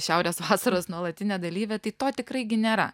šiaurės vasaros nuolatinė dalyvė tai to tikrai gi nėra